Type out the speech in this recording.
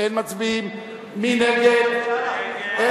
ההסתייגות לחלופין א' הרביעית של קבוצת